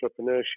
entrepreneurship